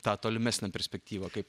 tą tolimesnę perspektyvą kaip